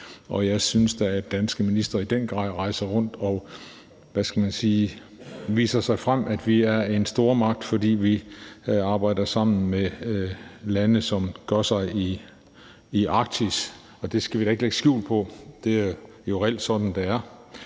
Og jeg synes da, at danske ministre i den grad rejser rundt og – hvad skal man sige – viser sig frem med, at vi er en stormagt, fordi vi arbejder sammen med lande, som gør sig i Arktis. Og det skal vi da ikke lægge skjul på, for det er jo reelt, sådan det er.